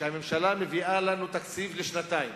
כשהממשלה מביאה לנו תקציב לשנתיים,